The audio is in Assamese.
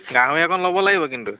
গাহৰি অকণ ল'ব লাগিব কিন্তু